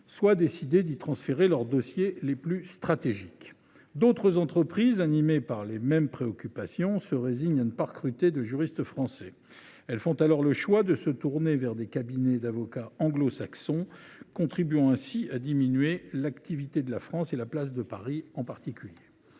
décident elles d’y transférer leurs dossiers les plus stratégiques. D’autres sociétés, animées par les mêmes préoccupations, se résignent à ne pas recruter de juristes français. Alors font elles le choix de se tourner vers des cabinets d’avocats anglo saxons, contribuant ainsi à affaiblir l’attractivité de la France en général et de la place de Paris en particulier.